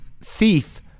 Thief